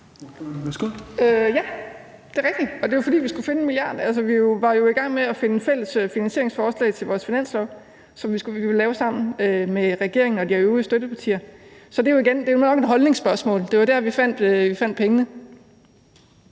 Ja, det er rigtigt, og det var, fordi vi skulle finde 1 mia. kr. Altså, vi var jo i gang med at finde fælles finansieringsforslag til vores finanslov, som vi skulle lave sammen med regeringen og de øvrige støttepartier. Så igen: Det er jo nok et holdningsspørgsmål. Det var der, vi fandt pengene.